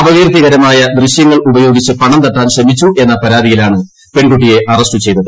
അപകീർത്തികരമായ ദൃശ്യങ്ങൾ ഉപയോഗിച്ച് പണം തട്ടാൻ ശ്രമിച്ചു എന്ന പരാതിയിലാണ് പെൺകുട്ടിയെ അറസ്റ്റ് ചെയ്തത്